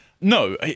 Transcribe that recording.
No